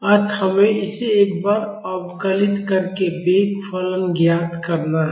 अतः हमें इसे एक बार अवकलित करके वेग फलन ज्ञात करना है